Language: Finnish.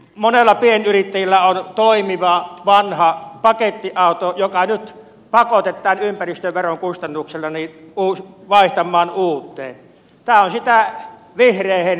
monella pienyrittäjällä on toimiva vanha pakettiauto joka nyt pakotetaan ympäristöveron kustannuksella vaihtamaan uuteen talli tähtää miehelleen